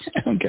Okay